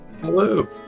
Hello